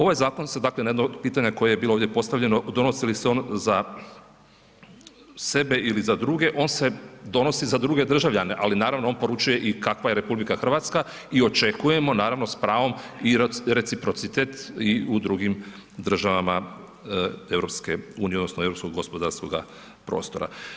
Ovaj zakon se, dakle, na jedno od pitanja koje je bilo ovdje postavljeno, donosi li se on za sebe ili za druge, on se donosi za druge državljane, ali naravno on poručuje i kakva je RH i očekujemo naravno s pravom i reciprocitet i u drugim državama EU odnosno europskoga gospodarskoga prostora.